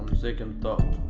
second thought.